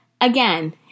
again